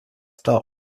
stopped